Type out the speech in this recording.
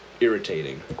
irritating